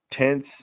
tense